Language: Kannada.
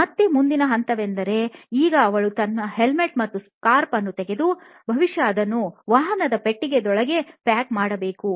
ಮತ್ತೆ ಮುಂದಿನ ಹಂತವೆಂದರೆ ಈಗ ಅವಳು ತನ್ನ ಹೆಲ್ಮೆಟ್ ಮತ್ತು ಸ್ಕಾರ್ಫ್ ಅನ್ನು ತೆಗೆದು ಬಹುಶಃ ಅದನ್ನು ವಾಹನದ ಪೆಟ್ಟಿಗೆದೊಳಗೆ ಪ್ಯಾಕ್ ಮಾಡಬೇಕು